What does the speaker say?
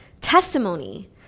testimony